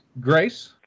Grace